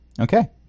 Okay